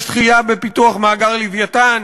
יש דחייה בפיתוח מאגר "לווייתן".